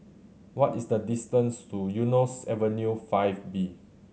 what is the distance to Eunos Avenue Five B